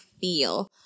feel